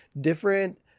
different